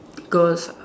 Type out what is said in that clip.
because